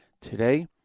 today